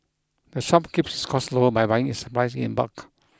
the shop keeps costs low by buying its supplies in bulk